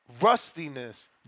rustiness